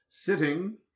Sitting